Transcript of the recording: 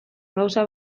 gauza